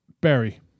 Barry